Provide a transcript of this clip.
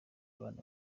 abana